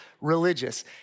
religious